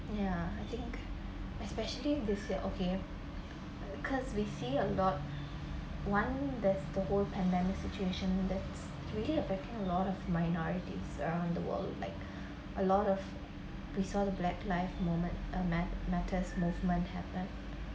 ya I think especially this year okay because we see a lot one there's the whole pandemic situation that's really uh backing lot of minorities around the world like a lot of we saw the black life moment uh mat~ matters movement happen